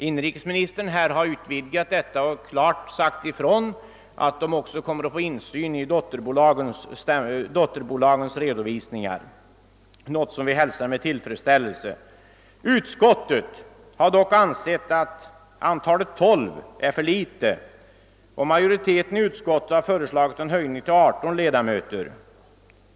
Industriministern har här utvidgat detta och sagt att de också kommer att få insyn i dotterbolagens redovisning, något som vi hälsar med tillfredsställelse. Utskottet har dock ansett att 12 är ett för litet antal, och majoriteten i utskottet har föreslagit en höjning till 18 ledamöter.